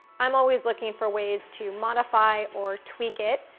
i'm always looking for ways to modify or tweak it,